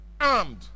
Armed